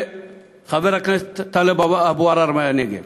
וחבר הכנסת טלב אבו עראר מהנגב,